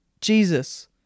Jesus